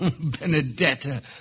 Benedetta